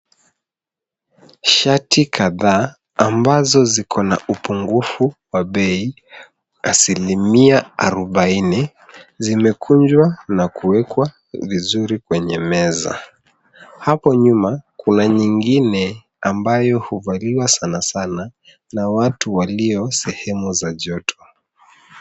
Shati kadhaa ambazo zikona upungufu wa bei asilimia arobaini zimekunjwa na kuwekwa vizuri kwenye meza. Hapo nyuma kuna nyingine ambayo huvaliwa sanasana na watu walio sehemu za joto.